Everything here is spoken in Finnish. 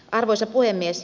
arvoisa puhemies